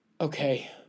Okay